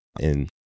And-